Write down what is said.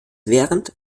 während